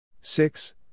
Six